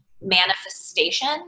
manifestation